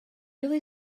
really